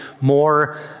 more